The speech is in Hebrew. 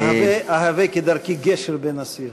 אהווה כדרכי גשר בין הסיעות.